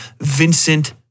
Vincent